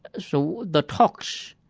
so the talks,